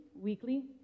weekly